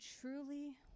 truly